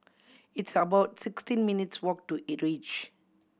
it's about sixteen minutes' walk to E Reach